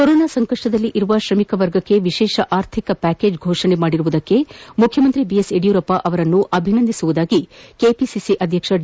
corona ಸಂಕಷ್ಟದಲ್ಲಿರುವ ತ್ರಮಿಕ ವರ್ಗಕ್ಕೆ ವಿಶೇಷ ಆರ್ಥಿಕ ಪ್ಯಾಕೇಜ್ ಫೋಷಣೆ ಮಾಡಿರುವುದಕ್ಕೆ ಮುಖ್ಯಮಂತ್ರಿ ಬಿಎಸ್ ಯಡಿಯೂರಪ್ಪ ಅವರನ್ನು ಅಭಿನಂದಿಸುವುದಾಗಿ ಕೆಪಿಸಿಸಿ ಅಧ್ಯಕ್ಷ ಡಿ